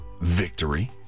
victory